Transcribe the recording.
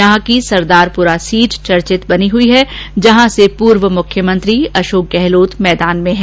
यहां की सरदारपुरा सीट चर्चित बनी हुई हैं जहां से पूर्व मुख्यमंत्री अशोक गहलोत मैदान में हैं